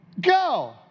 Go